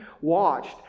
watched